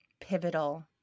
pivotal